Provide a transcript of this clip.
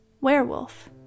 werewolf